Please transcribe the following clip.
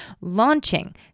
launching